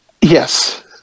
Yes